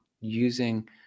using